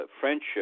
Friendship